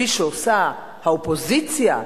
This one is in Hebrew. כפי שעושה האופוזיציה,